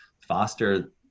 foster